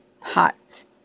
pots